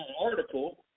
article